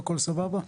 הכול סבבה?